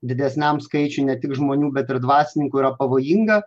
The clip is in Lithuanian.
didesniam skaičiui ne tik žmonių bet ir dvasininkų yra pavojinga